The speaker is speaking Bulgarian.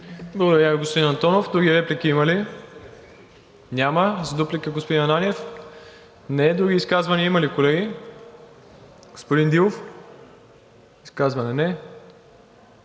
Ви, господин Антонов. Други реплики има ли? Няма. За дуплика, господин Ананиев? Не. Други изказвания има ли, колеги? Господин Дилов, изказване? Не.